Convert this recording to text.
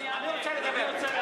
אני רוצה לדבר.